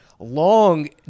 long